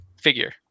figure